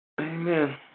Amen